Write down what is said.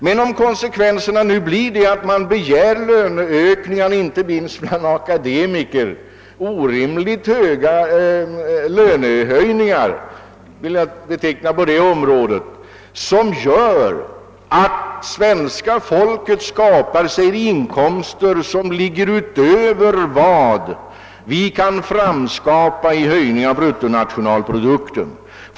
De löneökningar som begärs — särskilt akademikernas krav vill jag beteckna som orimliga — skulle medföra att svenska folket skapar sig inkomster som ligger utöver den höjning av bruttonationalprodukten som vi kan åstadkomma.